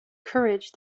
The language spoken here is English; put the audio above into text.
courage